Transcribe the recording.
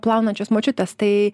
plaunančios močiutės tai